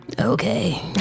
Okay